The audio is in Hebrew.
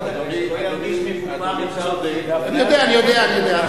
אני יודע.